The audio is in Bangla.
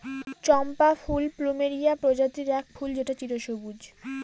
চম্পা ফুল প্লুমেরিয়া প্রজাতির এক ফুল যেটা চিরসবুজ